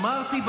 אמרתי,